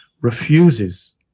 refuses